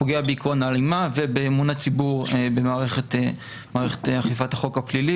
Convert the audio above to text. פוגע בעיקרון ההלימה ובאמון הציבור במערכת אכיפת החוק הפלילית